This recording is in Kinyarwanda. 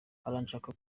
arashaka